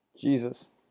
Jesus